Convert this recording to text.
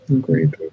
great